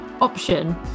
option